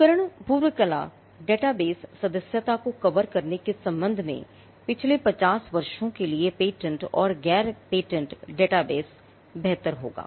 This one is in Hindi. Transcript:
उपकरण पूर्व कला डेटाबेस सदस्यता को कवर करने के संबंध में पिछले 50 वर्षों के लिए पेटेंट और गैर पेटेंट डेटाबेस बेहतर होगा